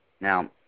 Now